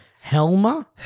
Helma